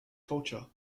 culture